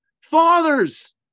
fathers